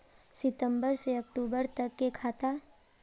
सितम्बर से अक्टूबर तक के खाता?